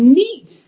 need